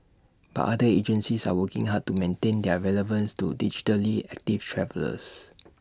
but other agencies are working hard to maintain their relevance to digitally active travellers